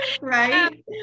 Right